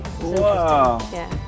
Wow